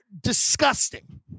disgusting